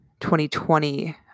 2020